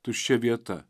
tuščia vieta